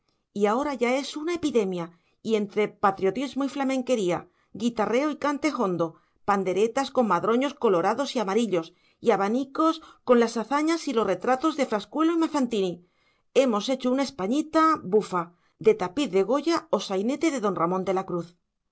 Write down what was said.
y ahora es ya una epidemia y entre patriotismo y flamenquería guitarreo y cante jondo panderetas con madroños colorados y amarillos y abanicos con las hazañas y los retratos de frascuelo y mazzantini hemos hecho una españita bufa de tapiz de goya o sainete de don ramón de la cruz